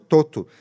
Toto